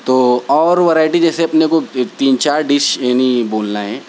تو اور ورائٹی جیسے اپنے کو ایک تین چار ڈش یعنی بولنا ہے